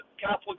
Catholic